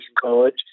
college